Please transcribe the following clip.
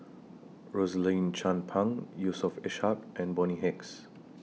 Rosaline Chan Pang Yusof Ishak and Bonny Hicks